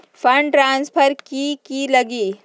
Fund transfer कि की लगी?